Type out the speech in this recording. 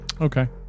Okay